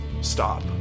Stop